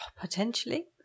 Potentially